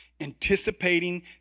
anticipating